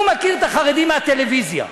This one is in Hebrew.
הוא מכיר את החרדים מהטלוויזיה,